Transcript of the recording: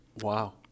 Wow